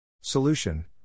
Solution